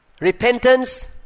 Repentance